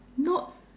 not